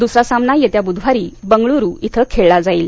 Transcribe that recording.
दूसरा सामना येत्या बुधवारी बंगळूरू इथं खेळला जाईल